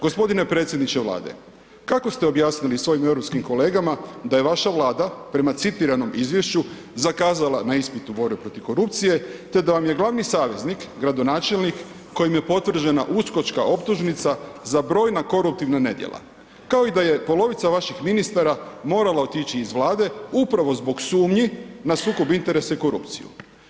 G. predsjedniče Vlade, kako ste objasnili svojim europskim kolegama da je vaša Vlada prema citiranom izvješću, zakazala na ispitu borbe protiv korupcije te da vam je glavni saveznik gradonačelnik kojem je potvrđena USKOK-čka optužnica za brojna koruptivna nedjela kao i da je polovica vaših ministara morala otići iz Vlade upravo zbog sumnji na sukob interesa i korupciju?